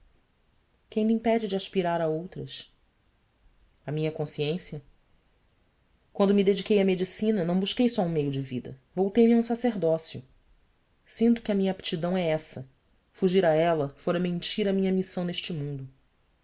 quem lhe impede de aspirar a outras minha consciência quando me dediquei à medicina não busquei só um meio de vida votei me a um sacerdócio sinto que a minha aptidão é essa fugir a ela fora mentir à minha missão neste mundo